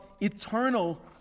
eternal